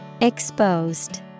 Exposed